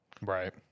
Right